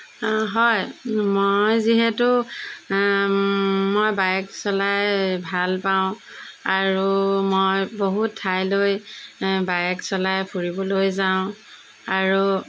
হয় মই যিহেতু মই বাইক চলাই ভাল পাওঁ আৰু মই বহুত ঠাইলৈ বাইক চলাই ফুৰিবলৈ যাওঁ আৰু